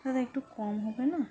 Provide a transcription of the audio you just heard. দাদা একটু কম হবে না